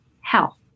health